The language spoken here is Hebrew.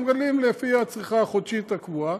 אנחנו מגדלים לפי הצריכה החודשית הקבועה.